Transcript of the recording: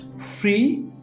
free